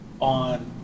on